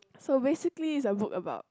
so basically is that book about